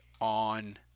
on